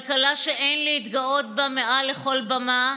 כלכלה שאין להתגאות בה מעל לכל במה,